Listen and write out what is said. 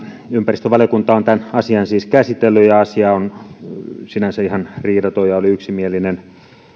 ympäristövaliokunta on tämän asian siis käsitellyt ja asia on sinänsä ihan riidaton ja oli yksimielinen